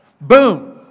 Boom